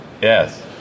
yes